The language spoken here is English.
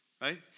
Right